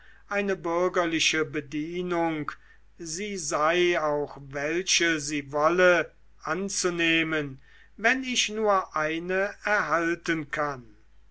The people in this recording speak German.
eine bürgerliche bedienung sie sei auch welche sie wolle anzunehmen wenn ich nur eine erhalten kann